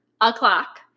o'clock